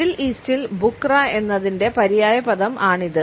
middle ഈസ്റ്റിൽ ബുക്ര എന്നതിന്റെ പര്യായപദം ആണ് ഇത്